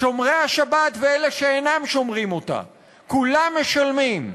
שומרי השבת ואלה שאינם שומרים אותה, כולם משלמים.